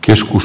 joskus